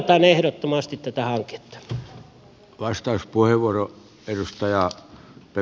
kannatan ehdottomasti tätä hanketta